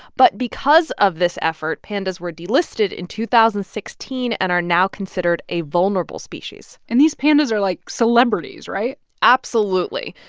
but because of this effort, pandas were delisted in two thousand and sixteen and are now considered a vulnerable species and these pandas are, like, celebrities, right? absolutely.